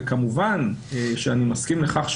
וכמובן שאני מסכים לכך,